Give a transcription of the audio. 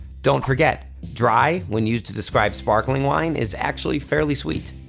don't forget, dry when used to describe sparkling wine is actually fairly sweet.